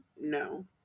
No